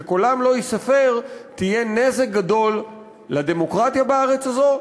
שקולם לא ייספר תהיה נזק גדול לדמוקרטיה בארץ הזאת,